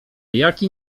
jaki